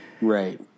Right